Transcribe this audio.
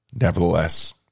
Nevertheless